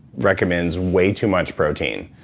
recommends way too much protein,